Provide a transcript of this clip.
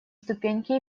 ступеньке